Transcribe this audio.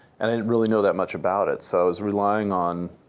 and i didn't really know that much about it, so i was relying on